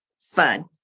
fun